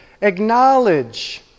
Acknowledge